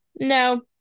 no